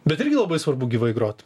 bet irgi labai svarbu gyvai grot